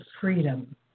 freedom